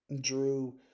Drew